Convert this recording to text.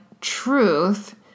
truth